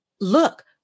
look